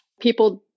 people